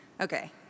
Okay